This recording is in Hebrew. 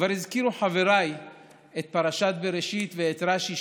כבר הזכירו חבריי את פרשת בראשית ואת רש"י,